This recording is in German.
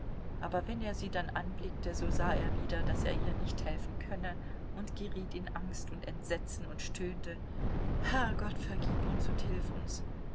aber wenn er sie dann anblickte so sah er wieder daß er ihr nicht helfen könne und geriet in angst und entsetzen und stöhnte herrgott vergib uns und hilf uns